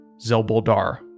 Zelboldar